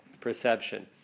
perception